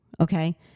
okay